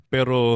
Pero